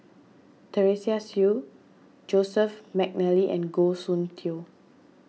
Teresa Hsu Joseph McNally and Goh Soon Tioe